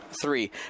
Three